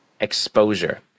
exposure